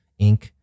Inc